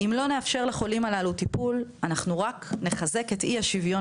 אם לא נאפשר לחולים הללו טיפול אנחנו רק נחזק את אי השוויון